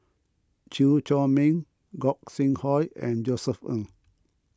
Chew Chor Meng Gog Sing Hooi and Josef Ng